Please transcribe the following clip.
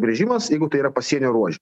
grįžimas jeigu tai yra pasienio ruože